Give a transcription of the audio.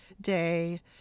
day